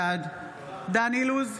בעד דן אילוז,